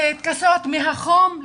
להתכסות מהחום,